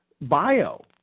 bio